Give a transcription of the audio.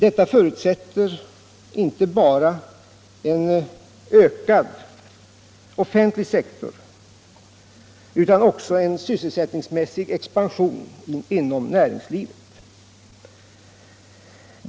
Detta förutsätter inte bara en ökad offentlig sektor utan också en sysselsättningsmässig expansion inom näringslivet.